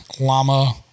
llama